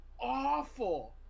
Awful